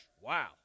Wow